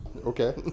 okay